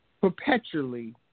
perpetually